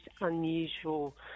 unusual